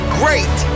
great